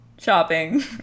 shopping